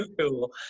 cool